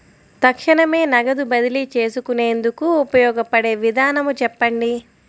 తక్షణమే నగదు బదిలీ చేసుకునేందుకు ఉపయోగపడే విధానము చెప్పండి?